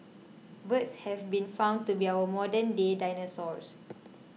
birds have been found to be our modernday dinosaurs